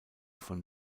von